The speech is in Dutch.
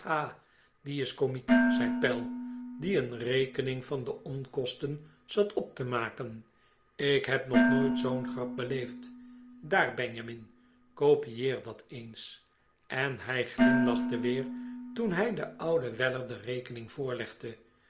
die is komiek zei pell die een rekening van de onkosten zat op te maken ik heb nog nooit zoo'n grap beleefd daar benjamin copieer dat eens en hij glimlachte weer toen hij den ouden weller de rekening